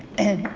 and